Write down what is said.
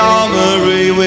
armory